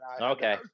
Okay